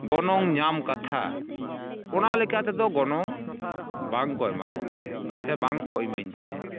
ᱜᱚᱱᱚᱝ ᱧᱟᱢ ᱠᱟᱛᱷᱟ ᱚᱱᱟ ᱞᱮᱠᱟᱛᱮᱫᱚ ᱜᱚᱱᱚᱝ ᱵᱟᱝᱠᱚ ᱮᱢᱟᱵᱚᱱ ᱛᱮᱦᱮᱸᱫ ᱟᱥᱮ ᱵᱟᱝᱠᱚ ᱤᱢᱟᱹᱧ ᱛᱮᱦᱮᱸᱫ